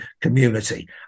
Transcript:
community